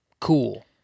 cool